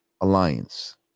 alliance